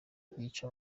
byica